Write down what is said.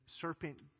serpent